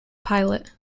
pilot